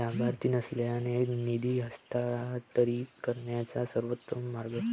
लाभार्थी नसलेल्यांना निधी हस्तांतरित करण्याचा सर्वोत्तम मार्ग